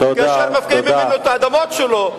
כאשר מפקיעים ממנו את האדמות שלו,